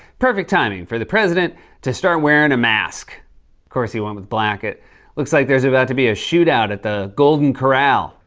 perfect timing for the president to start wearing a mask. of course, he went with black. it looks like there's about to be a shootout at the golden corral.